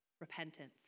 Repentance